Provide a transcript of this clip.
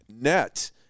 net –